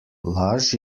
laž